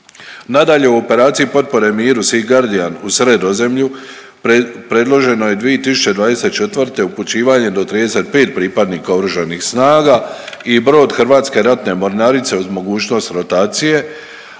Nadalje, u operaciji potpore miru „SEA GUARDIAN“ u Sredozemlju predloženo je 2024. upućivanje do 35 pripadnika Oružanih snaga i brod Hrvatske ratne mornarice uz mogućnost rotacije,